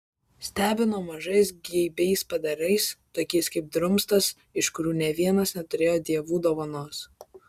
stebino mažais geibiais padarais tokiais kaip drumstas iš kurių nė vienas neturėjo dievų dovanos